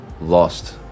lost